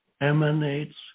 emanates